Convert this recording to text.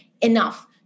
enough